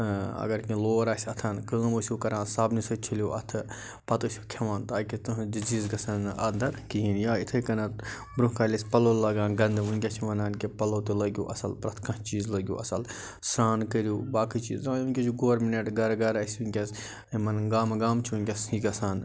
ٲں اگر کیٚنٛہہ لور آسہِ اَتھن کٲم ٲسِو کَران صابنہٕ سۭتۍ چھلِو اَتھہٕ پتہٕ ٲسِو کھٮ۪وان تاکہِ تُہنٛد ڈِزیٖز گَژھان نہٕ اَندر کِہیٖنۍ یا یِتھَے کٔنتھ برٛۄنٛہہ کالہِ ٲسۍ پَلو لاگان گنٛدہٕ وٕنٛکٮ۪س چھِ وَنان کہِ پَلو تہِ لٲگیو اصٕل پرٮ۪تھ کانٛہہ چیٖز لٲگیو اصٕل سَران کٔرِو باقٕے چیٖز وٕنٛکٮ۪س چھُ گورمنٹ گَرٕ گَرٕ اسہِ وٕنٛکٮ۪س یِمن گامہٕ گامہٕ چھُ وٕنٛکٮ۪س یہِ گَژھان